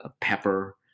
pepper